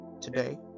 today